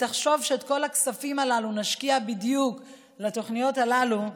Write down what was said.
תחשוב שאת כל הכספים הללו נשקיע בדיוק בתוכניות הללו,